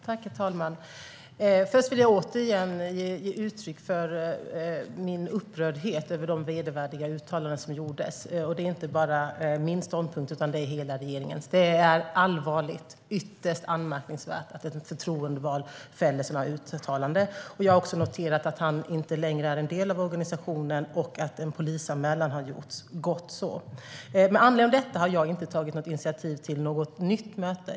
Herr talman! Först vill jag återigen ge uttryck för min upprördhet över de vedervärdiga uttalanden som gjordes. Det är inte bara min ståndpunkt, utan det är hela regeringens. Det är allvarligt och ytterst anmärkningsvärt att en förtroendevald gör sådana uttalanden. Jag har också noterat att han inte längre är en del av organisationen och att en polisanmälan har gjorts. Gott så! Med anledning av detta har jag inte tagit något initiativ till något nytt möte.